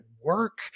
work